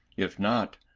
if not,